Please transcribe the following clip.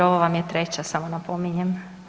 Ovo vam je treća samo napominjem.